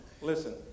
Listen